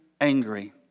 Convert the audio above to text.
angry